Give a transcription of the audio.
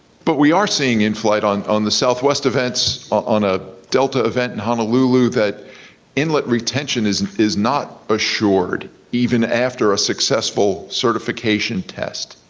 but we are seeing in-flight on on the southwest events, on a delta event in honolulu, that inlet retention is is not assured even after a successful certification test.